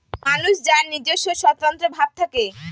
মানুষ যার নিজস্ব স্বতন্ত্র ভাব থাকে